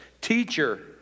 teacher